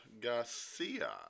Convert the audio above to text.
Garcia